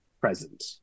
present